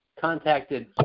contacted